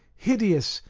hideous,